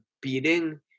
beating